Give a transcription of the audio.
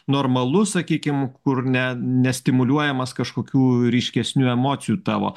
normalus sakykim kur ne nestimuliuojamas kažkokių ryškesnių emocijų tavo